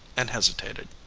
and hesitated.